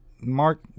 Mark